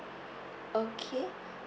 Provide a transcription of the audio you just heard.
okay